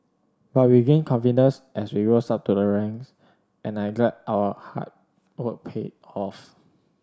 but we gained confidence as we rose up to the ranks and I'm glad our hard work paid off